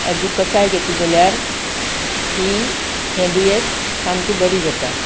हाजी कसाय घेतली जाल्यार ही हे दुयेस सामके बरी जाता